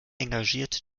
engagierte